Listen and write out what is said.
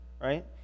right